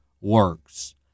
works